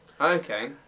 Okay